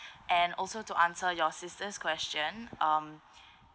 and also to answer your sister's question um